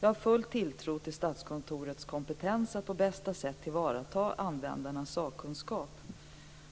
Jag har full tilltro till Statskontorets kompetens att på bästa sätt tillvarata användarnas sakkunskap.